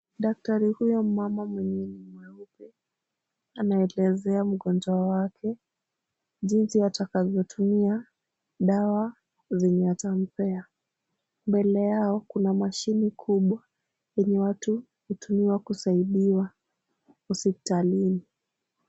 Daktari huyu mmama mwenye ni mweupe, anaelezea mgonjwa wake jinsi atakavyotumia dawa zenye atampea. Mbele yao kuna mashine kubwa yenye watu hutumiwa kusaidiwa hospitalini.